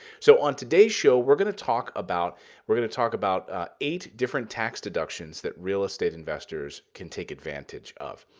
so on today's show, we're going to talk about we're going to talk about ah eight different tax deductions that real estate investors can take advantage of.